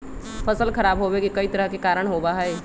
फसल खराब होवे के कई तरह के कारण होबा हई